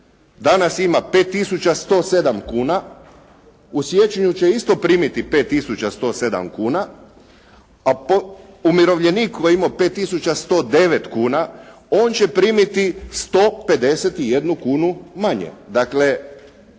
5 tisuća 107 kuna u siječnju će isto primiti 5 tisuća 107 kuna a umirovljenik koji je imao 5 tisuća 109 kuna on će primiti 151 kunu manje.